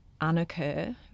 unoccur